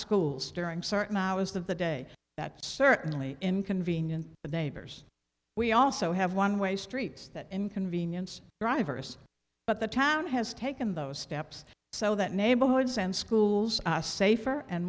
schools during certain hours of the day that certainly inconvenient but neighbors we also have one way streets that inconvenience drivers but the town has taken those steps so that neighborhoods and schools a safer and